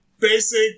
basic